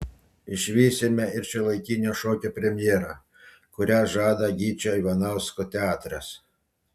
išvysime ir šiuolaikinio šokio premjerą kurią žada gyčio ivanausko teatras